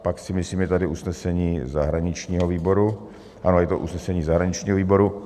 Pak si myslím, že je tady usnesení zahraničního výboru, ano je to usnesení zahraničního výboru.